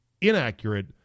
inaccurate